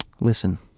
Listen